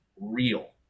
real